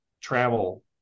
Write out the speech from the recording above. travel